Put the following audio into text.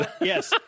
Yes